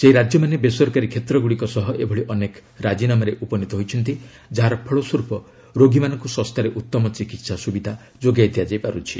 ସେହି ରାଜ୍ୟମାନେ ବେସରକାରୀ କ୍ଷେତ୍ରଗୁଡ଼ିକ ସହ ଏଭଳି ଅନେକ ରାଜିନାମାରେ ଉପନୀତ ହୋଇଛନ୍ତି ଯାହାର ଫଳସ୍ୱରୂପ ରୋଗୀମାନଙ୍କୁ ଶସ୍ତାରେ ଉତ୍ତମ ଚିକିତ୍ସା ସୁବିଧା ଯୋଗାଇ ଦିଆଯାଇ ପାରୁଛି